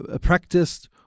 practiced